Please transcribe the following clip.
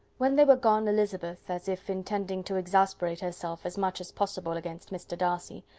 when they were gone, elizabeth, as if intending to exasperate herself as much as possible against mr. darcy,